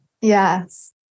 Yes